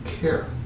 care